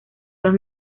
los